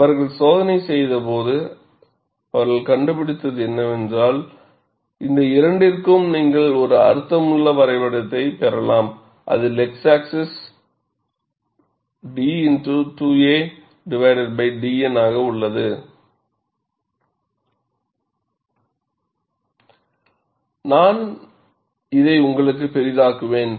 எனவே அவர்கள் சோதனையைச் செய்தபோது அவர்கள் கண்டுபிடித்தது என்னவென்றால் இந்த இரண்டிற்கும் நீங்கள் ஒரு அர்த்தமுள்ள வரைபடத்தைப் பெறலாம் அதில் x ஆக்ஸிஸ் d dN ஆக உள்ளது நான் அதை உங்களுக்காக பெரிதாக்குவேன்